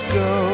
go